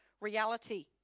reality